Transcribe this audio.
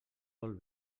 vol